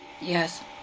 Yes